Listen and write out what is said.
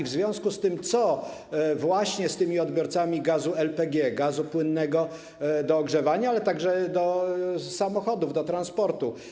W związku z tym co z tymi odbiorcami gazu LPG, gazu płynnego, do ogrzewania, ale także do samochodów, do transportu?